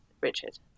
Richard